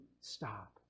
stop